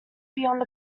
beyond